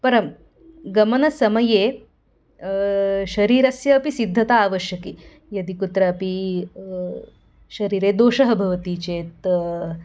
परं गमनसमये शरीरस्यापि सिद्धता आवश्यकी यदि कुत्रापि शरीरे दोषः भवति चेत्